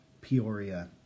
Peoria